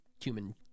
human